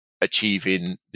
achieving